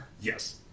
Yes